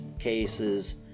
cases